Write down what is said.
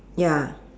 ya